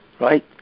right